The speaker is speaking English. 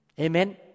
Amen